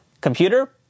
Computer